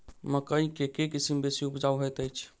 मकई केँ के किसिम बेसी उपजाउ हएत अछि?